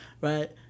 Right